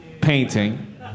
painting